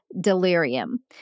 delirium